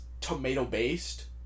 tomato-based